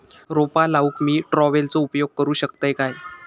रोपा लाऊक मी ट्रावेलचो उपयोग करू शकतय काय?